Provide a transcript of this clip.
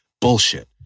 Bullshit